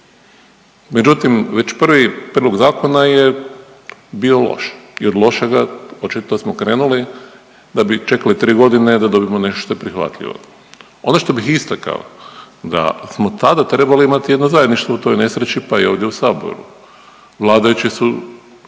Međutim, već prvi prilog zakona je bio loš jer loše ga očito smo krenuli da bi čekali 3 godine da dobijemo nešto prihvatljivo. Ono što bih istakao da smo tada trebali imati jedno zajedništvo u toj nesreći, pa i ovdje u Saboru. Vladajući su,